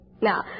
Now